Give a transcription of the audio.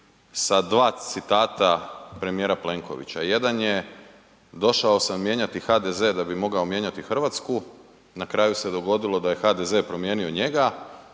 sa dva citata premijera Plenkovića. Jedan je došao sam mijenjati HDZ da bi mogao mijenjati Hrvatsku. Na kraju se dogodilo da je HDZ promijenio njega.